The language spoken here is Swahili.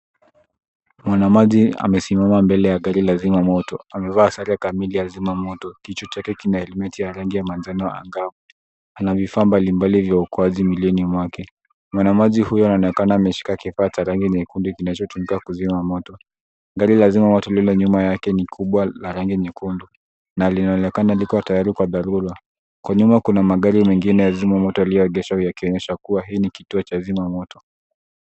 Mwamamaji amesimama mbele ya gari la zimamoto, amevaa sare kamili ya zimamoto. Kichwa chake kina helmeti ya rangi ya manjano angavu. Ana vifaa mbalimbali vya uokoaji mwilini mwake. Mwamamaji huyo anaonekana ameshika kifaa cha rangi nyekundu kinachotumika kuzima moto. Gari la zimamoto lililo nyuma yake ni kubwa, la rangi nyekundu, na linaonekana liko tayari kwa dharura. Kwa nyuma, kuna magari mengine ya zimamoto yaliyoegeshwa, yakionyesha kuwa hili ni kituo cha zimamoto.